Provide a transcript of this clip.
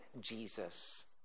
Jesus